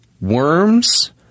worms